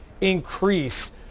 increase